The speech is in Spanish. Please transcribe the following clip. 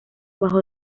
bajo